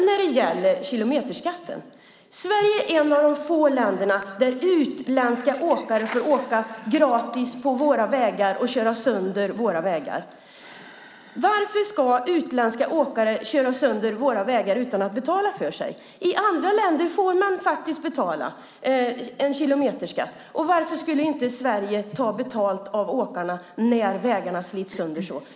När det gäller kilometerskatten är Sverige ett av de få länder där utländska åkare får åka gratis på våra vägar och köra sönder dem. Varför ska utländska åkare köra sönder våra vägar utan att betala för sig? I andra länder får man faktiskt betala en kilometerskatt. Varför skulle inte Sverige ta betalt av åkarna när vägarna slits sönder så?